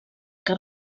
que